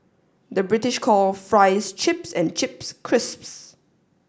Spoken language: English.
the British call fries chips and chips crisps